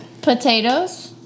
Potatoes